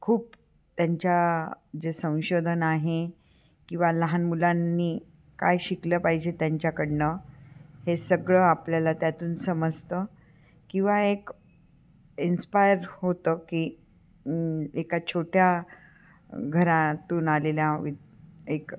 खूप त्यांच्या जे संशोधन आहे किंवा लहान मुलांनी काय शिकलं पाहिजे त्यांच्याकडून हे सगळं आपल्याला त्यातून समजतं किंवा एक इन्स्पायर होतं की एका छोट्या घरातून आलेला वि एक